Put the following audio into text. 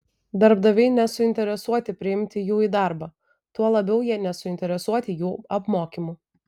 darbdaviai nesuinteresuoti priimti jų į darbą tuo labiau jie nesuinteresuoti jų apmokymu